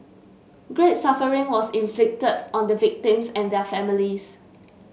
great suffering was inflicted on the victims and their families